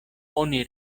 oni